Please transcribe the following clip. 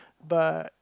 the